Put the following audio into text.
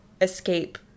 escape